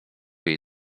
jej